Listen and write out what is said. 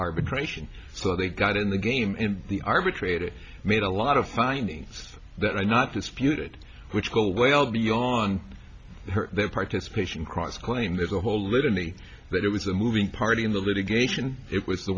arbitration so they got in the game in the arbitrator made a lot of findings that i not disputed which go well beyond participation cross claim there's a whole litany that it was a moving party in the litigation it was the